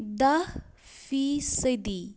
دَہ فیٖصٔدی